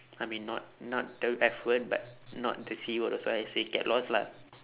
I mean not not the F word but not the C word also I say get lost lah